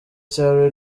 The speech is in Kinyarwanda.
cya